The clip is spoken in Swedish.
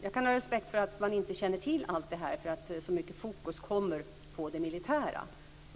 Jag kan ha respekt för att man inte känner till allt det här eftersom så mycket fokus kommer på det militära.